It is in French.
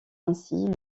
ainsi